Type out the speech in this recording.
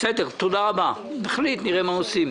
אנחנו נראה מה עושים.